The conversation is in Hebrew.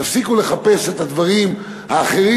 תפסיקו לחפש את הדברים האחרים,